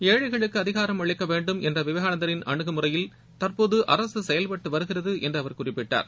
ஏழைகளுக்கு அதிகாரம் அளிக்க வேண்டும் என்ற விவேகானந்தரின் அனுகுமுறையில் தற்போது அரசு செயல்பட்டு வருகிறது என்று அவர் குறிப்பிட்டார்